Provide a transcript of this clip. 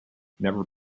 never